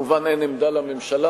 כמובן אין עמדה לממשלה,